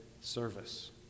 service